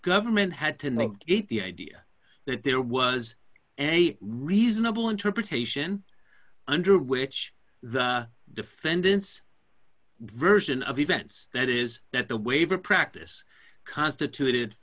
government had to make it the idea that there was a reasonable interpretation under which the defendants version of events that is that the waiver practice constituted